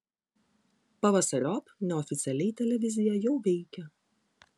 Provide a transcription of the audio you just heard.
pavasariop neoficialiai televizija jau veikia